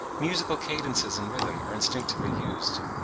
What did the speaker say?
musical cadences and rhythm are instinctively used.